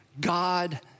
God